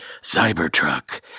Cybertruck